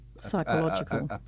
Psychological